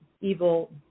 evil